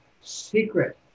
secret